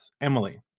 Emily